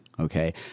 okay